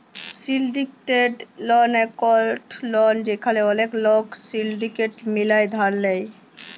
syndicated loan একট loan যেখালে ওলেক লক সিলডিকেট মিলায় ধার লেয়